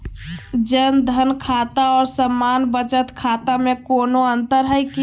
जन धन खाता और सामान्य बचत खाता में कोनो अंतर है की?